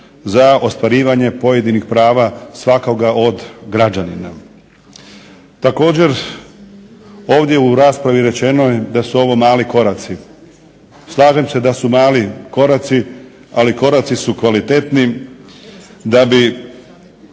za ostvarivanje pojedinih prava svakoga od građanina. Također, ovdje u raspravi rečeno je da su ovo mali koraci. Slažem se da su mali koraci, ali koraci su kvalitetni, da bi